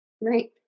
right